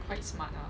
quite smart lah